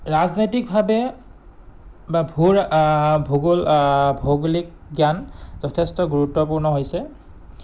ৰাজনৈতিকভাৱে বা ভূগোল ভৌগোলিক জ্ঞান যথেষ্ট গুৰুত্বপূৰ্ণ হৈছে